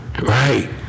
Right